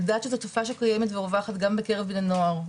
לדעת שזו תופעה שקיימת ורווחת גם בקרב בני נוער,